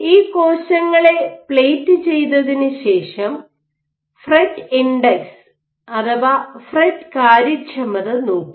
ഈ കോശങ്ങളെ പ്ലേറ്റ് ചെയ്തതിനുശേഷം അവർ ഫ്രെറ്റ് ഇൻഡെക്സ് അഥവാ ഫ്രെറ്റ് കാര്യക്ഷമത നോക്കി